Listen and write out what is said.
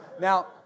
Now